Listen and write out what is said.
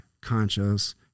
conscious